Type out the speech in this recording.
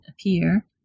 appear